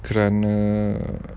kerana